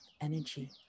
energy